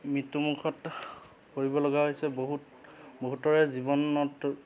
মৃত্যুমুখত পৰিবলগীয়া হৈছে বহুত বহুতৰে জীৱনত